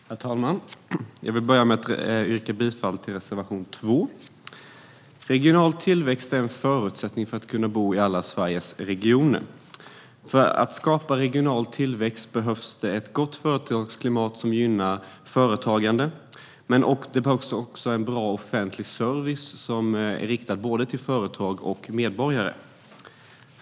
Herr talman! Jag vill börja med att yrka bifall till reservation 2. Regional tillväxt är en förutsättning för att kunna bo i alla Sveriges regioner. För att skapa regional tillväxt behövs det ett gott företagsklimat som gynnar företagande, men det behövs också en bra offentlig service som är riktad till både företag och medborgare.